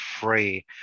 free